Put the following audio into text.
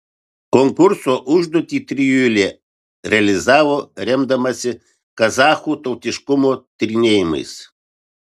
konkurso užduotį trijulė realizavo remdamasi kazachų tautiškumo tyrinėjimais